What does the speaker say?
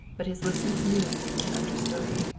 but his listeners knew and understood.